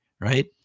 right